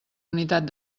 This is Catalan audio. unitat